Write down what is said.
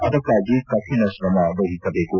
ಅದಕ್ಕಾಗಿ ಕಠಿಣ ಶ್ರಮ ವಹಿಸಬೇಕು